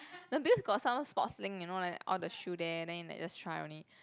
no because got some Sportslink you know like all the shoe there then you like just try only